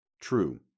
True